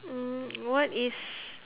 mm what is